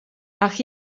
ach